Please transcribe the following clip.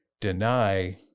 deny